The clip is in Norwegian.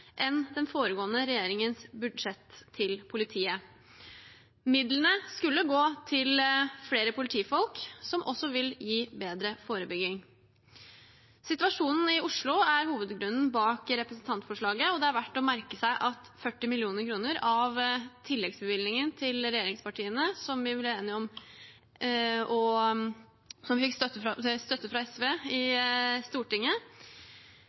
enn det den foregående regjeringens gjorde i sitt budsjett. Midlene skulle gå til flere politifolk, som også vil gi bedre forebygging. Situasjonen i Oslo er hovedgrunnen bak representantforslaget, og det er verdt å merke seg at 40 mill. kr av tilleggsbevilgningen fra regjeringspartiene, som vi ble enige om, og som fikk støtte fra SV i Stortinget,